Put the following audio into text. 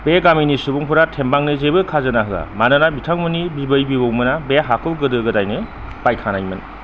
बे गामिनि सुबुंफोरा थेमबांनो जेबो खाजोना होआ मानोना बिथांमोननि बिबौ बिबैमोना बे हाखौ गोदो गोदायनो बायखानायमोन